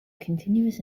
continuous